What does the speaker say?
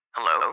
Hello